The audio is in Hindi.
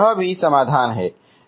यह भी समाधान है